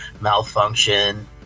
malfunction